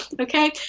Okay